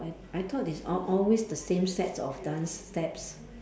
I I thought it's al~ always the same set of dance steps